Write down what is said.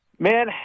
Man